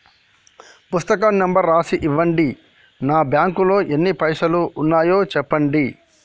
పుస్తకం నెంబరు రాసి ఇవ్వండి? నా బ్యాంకు లో ఎన్ని పైసలు ఉన్నాయో చెప్పండి?